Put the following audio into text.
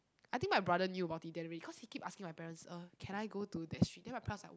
I think my brother knew about it the other way because he keep asking my parents uh can I go to that street then my parents was like